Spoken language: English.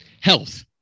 health